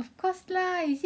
of cause lah it's